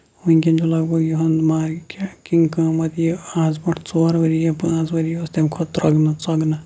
وٕنکیٚن چھُ لگ بگ یِہوے مارکیٹ تِم قۭمتھ یِم آز برٛونٹھ ژور ؤری یا پانٛژھ ؤری اوس تَمہِ کھۄتہٕ ترۄگنہٕ ژۄگنہٕ